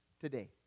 today